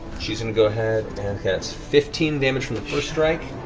she's going to go ahead and get fifteen damage from the first strike.